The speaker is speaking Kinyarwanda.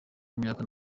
imyaka